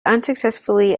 unsuccessfully